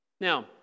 Now